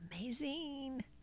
amazing